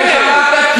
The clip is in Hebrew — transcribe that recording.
איך אמרת?